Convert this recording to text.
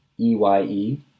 E-Y-E